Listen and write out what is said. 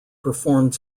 performed